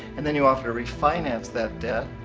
and then you offer to refinance that debt,